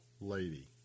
lady